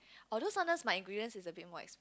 although sometimes my ingredient is a bit more expen~